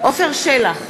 עפר שלח,